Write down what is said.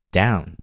down